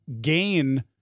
gain